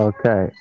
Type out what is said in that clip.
Okay